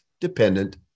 dependent